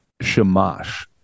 Shamash